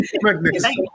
Magnificent